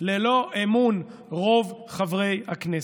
ללא אמון רוב חברי הכנסת.